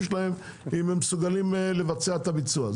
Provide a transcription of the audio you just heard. שלהם אם הם מסוגלים לבצע את הביצוע.